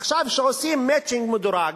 עכשיו כשעושים "מצ'ינג" מדורג,